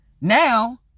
Now